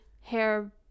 hair